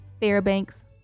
Fairbanks